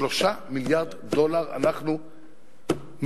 3 מיליארד דולר אנחנו השקענו,